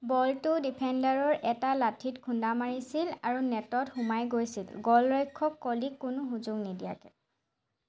বলটো ডিফেণ্ডাৰৰ এটা লাঠিত খুন্দা মাৰিছিল আৰু নেটত সোমাই গৈছিল গ'লৰক্ষক কলিক কোনো সুযোগ নিদিয়াকৈ